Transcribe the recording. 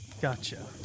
Gotcha